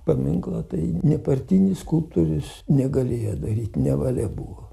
paminklą tai nepartinis skulptorius negalėjo daryt nevalia buvo